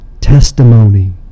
testimony